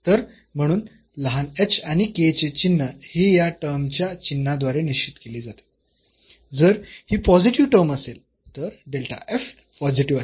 तर म्हणून लहान चे चिन्ह हे या टर्मच्या चिन्हाद्वारे निश्चित केले जाते जर ही पॉझिटिव्ह टर्म असेल तर पॉझिटिव्ह असेल